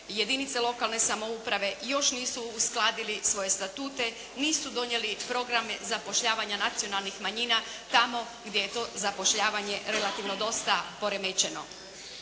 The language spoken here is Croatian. jedinice lokalne samouprave još nisu uskladili svoje statute, nisu donijeli programe zapošljavanja nacionalnih manjina tamo gdje je to zapošljavanje relativno dosta poremećeno.